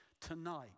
tonight